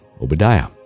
Obadiah